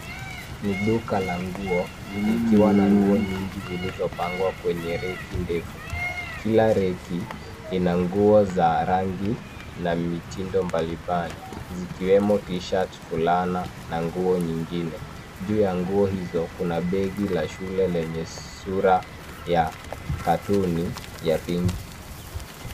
Ni duka la nguo likiwa na nguo nyingi zilizopangwa kwenye reki ndefu. Kila reki ina nguo za rangi na mitindo mbalimbali, zikiwemo t-shirt , fulana na nguo nyingine. Juu ya nguo hizo kuna begi la shule lenye sura ya katuni ya pinki .